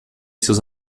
seus